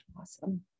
awesome